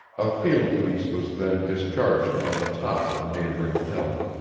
a field-piece was then discharged from the top of a neighboring hill,